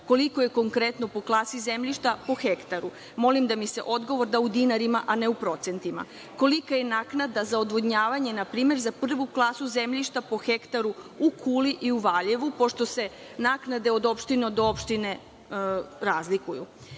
Koliko je konkretno po klasi zemljišta po hektaru? Molim da mi se odgovor da u dinarima, a ne u procentima. Kolika je naknada za odvodnjavanje npr. za prvu klasu zemljišta po hektaru u Kuli i u Valjevu, pošto se naknade od opštine do opštine razlikuju? Pravo